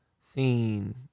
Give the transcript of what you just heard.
seen